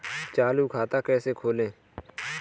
चालू खाता कैसे खोलें?